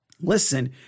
listen